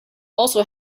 also